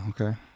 Okay